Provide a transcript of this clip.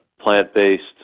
plant-based